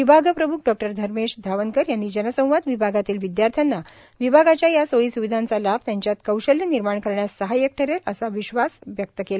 विभाग प्रम्ख डॉ धर्मेश धावनकर यांनी जनसंवाद विभागातील विदयार्थ्यांना विभागाच्या या सोयी सुविधांचा लाभ त्यांच्यात कौशल्य निर्माण करण्यास सहायक ठरेल असा विश्वास व्यक्त केला